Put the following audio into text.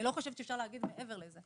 אני לא חושבת שאפשר להגיד מעבר לזה.